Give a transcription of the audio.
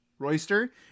Royster